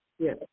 yes